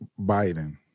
Biden